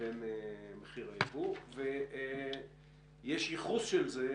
לבין מחיר הייבוא, ויש ייחוס של זה